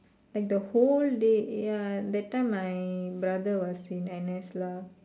like the whole day ya that time my brother was in N_S lah